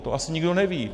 To asi nikdo neví.